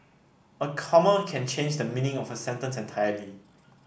a comma can change the meaning of a sentence entirely